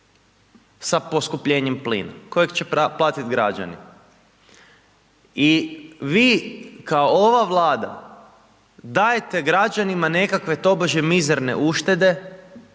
sa poskupljenjem plina kojeg će platit građani. I vi kao ova Vlada dajete građanima nekakve tobože mizerne uštede,